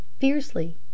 fiercely